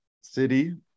City